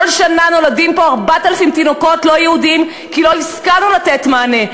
כל שנה נולדים פה 4,000 תינוקות לא יהודים כי לא השכלנו לתת מענה,